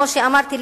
כמו שאמרתי,